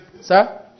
Sir